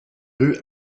rue